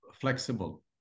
flexible